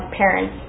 parents